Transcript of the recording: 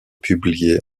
publiée